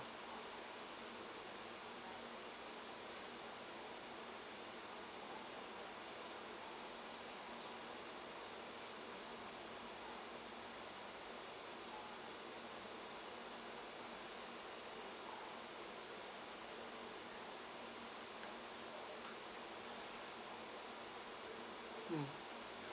mm